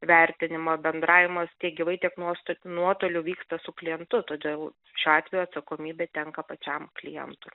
vertinimą bendravimas tiek gyvai tiek nuost nuotoliu vyksta su klientu todėl šiuo atveju atsakomybė tenka pačiam klientui